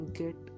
get